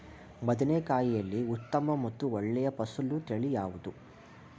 ಬದನೆಕಾಯಿಯಲ್ಲಿ ಉತ್ತಮ ಮತ್ತು ಒಳ್ಳೆಯ ಫಸಲು ತಳಿ ಯಾವ್ದು?